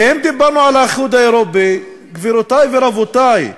ואם דיברנו על האיחוד האירופי, גבירותי ורבותי,